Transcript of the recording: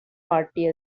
party